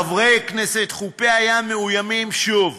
חברי הכנסת, חופי הים מאוימים שוב.